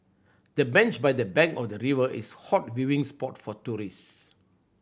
the bench by the bank of the river is hot viewing spot for tourist